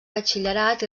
batxillerat